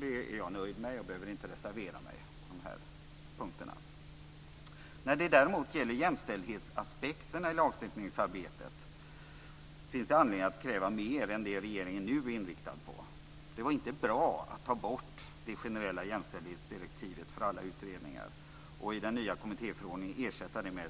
Det är jag nöjd med och behöver inte reservera mig på dessa punkter. När det däremot gäller jämställdhetsaspekterna i lagstiftningsarbetet finns det anledning att kräva mer än det som regeringen nu är inriktad på. Det var inte bra att ta bort det generella jämställdhetsdirektivet för alla utredningar och att i den nya kommittéförordningen ersätta det med